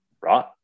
right